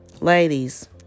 Ladies